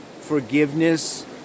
Forgiveness